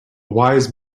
wise